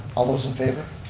all those in favor?